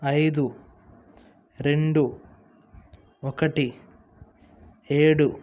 ఐదు రెండు ఒక్కటి ఏడు